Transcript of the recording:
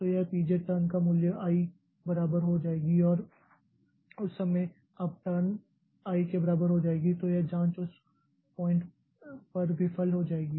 तो यह P j turn का मुल्य i बराबर हो जाएगी और उस समय जब टर्न i के बराबर हो जाएगी तो यह जाँच उस पॉइंट पर विफल हो जाएगी